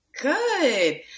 Good